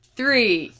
three